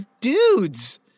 dudes